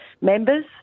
members